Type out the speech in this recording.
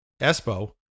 Espo